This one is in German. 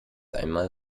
einmal